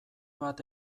bat